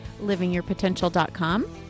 Livingyourpotential.com